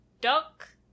duck